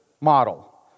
model